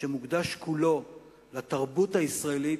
שמוקדש כולו לתרבות הישראלית,